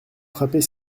frapper